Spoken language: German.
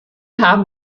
haben